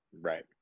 Right